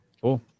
cool